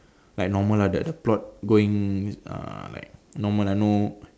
like normal ah the the plot going uh like normal ah no